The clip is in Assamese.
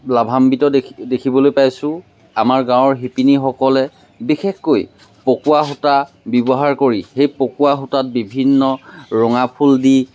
লাভাম্বিত দেখিবলৈ পাইছোঁ আমাৰ গাঁৱৰ শিপিনীসকলে বিশেষকৈ পকোৱা সূতা ব্যৱহাৰ কৰি সেই পকোৱা সূতাত বিভিন্ন ৰঙা ফুল দি